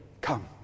come